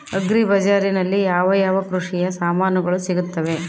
Agri ಬಜಾರಿನಲ್ಲಿ ಯಾವ ಯಾವ ಕೃಷಿಯ ಸಾಮಾನುಗಳು ಸಿಗುತ್ತವೆ?